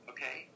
Okay